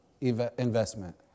investment